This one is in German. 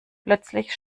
plötzlich